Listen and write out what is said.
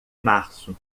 março